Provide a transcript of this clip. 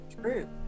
true